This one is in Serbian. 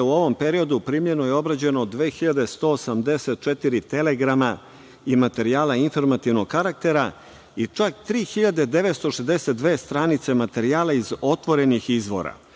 u ovom periodu primljeno je i obrađeno 2.184 telegrama i materijala informativnog karaktera i čak 3.962 stranice materijala iz otvorenih izvora